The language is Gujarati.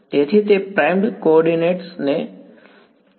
તેથી તે પ્રાઇમ્ડ કોઓર્ડિનેટ છે